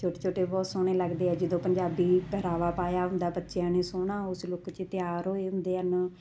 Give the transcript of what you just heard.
ਛੋਟੇ ਛੋਟੇ ਬਹੁਤ ਸੋਹਣੇ ਲੱਗਦੇ ਆ ਜਦੋਂ ਪੰਜਾਬੀ ਪਹਿਰਾਵਾ ਪਾਇਆ ਹੁੰਦਾ ਬੱਚਿਆਂ ਨੇ ਸੋਹਣਾ ਉਸ ਲੁੱਕ 'ਚ ਤਿਆਰ ਹੋਏ ਹੁੰਦੇ ਹਨ